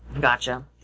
Gotcha